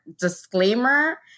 disclaimer